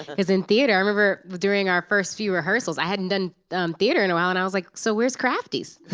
because in theater, i remember during our first few rehearsals, i hadn't done theater in a while. and i was like, so where's crafties?